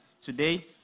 today